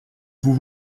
vous